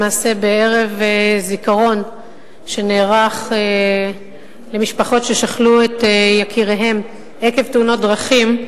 למעשה בערב זיכרון שנערך למשפחות ששכלו את יקיריהן עקב תאונות דרכים,